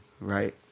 right